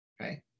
Okay